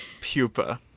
Pupa